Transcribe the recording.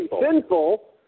sinful